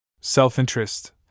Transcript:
Self-interest